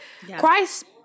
Christ